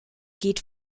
geht